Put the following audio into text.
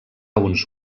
uns